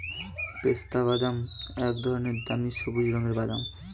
পেস্তাবাদাম এক ধরনের দামি সবুজ রঙের বাদাম